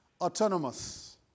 Autonomous